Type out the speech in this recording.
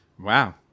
Wow